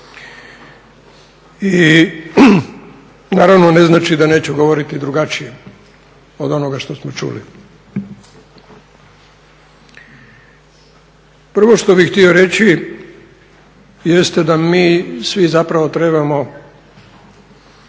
I naravno ne znači da neću govoriti drugačije od onoga što smo čuli. Prvo što bih htio reći jeste da mi svi zapravo trebamo